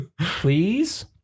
Please